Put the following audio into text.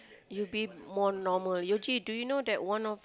you be more normal Yuji do you know that one of